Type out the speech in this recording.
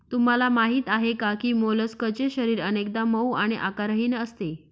तुम्हाला माहीत आहे का की मोलस्कचे शरीर अनेकदा मऊ आणि आकारहीन असते